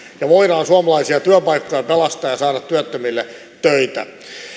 me voimme suomalaisia työpaikkoja pelastaa ja saada työttömille töitä